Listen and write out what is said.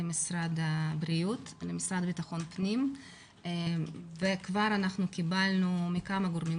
למשרד הבריאות ולמשרד לביטחון פנים וכבר קיבלנו מכמה גורמים,